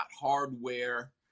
hardware